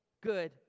Good